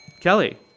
Kelly